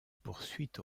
poursuite